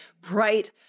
bright